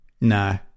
No